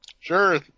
Sure